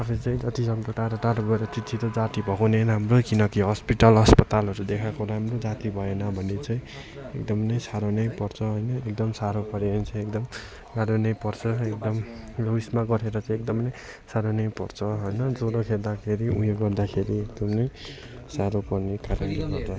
आफू चाहिँ जतिसक्दो टाढो टाढो गएर छिटो छिटो जाती भएको नै राम्रो किनकि हस्पिटल अस्पतालहरू देखाएको राम्रो जाती भएन भने चाहिँ एकदम नै साह्रो नै पर्छ होइन एकदम साह्रो पऱ्यो भने चाहिँ एकदम साह्रो नै पर्छ एकदम उइसमा गरेर चाहिँ एकदम नै साह्रो नै पर्छ होइन ज्वरो खेरि उयो गर्दाखेरि एकदम नै साह्रो पर्ने कारणले गर्दा